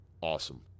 awesome